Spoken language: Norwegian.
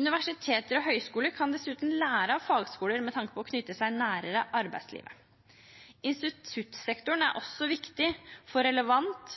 Universiteter og høyskoler kan dessuten lære av fagskoler med tanke på å knytte seg nærmere arbeidslivet. Instituttsektoren er også viktig for relevant